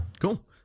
Cool